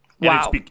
Wow